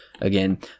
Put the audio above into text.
again